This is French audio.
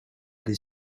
des